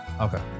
Okay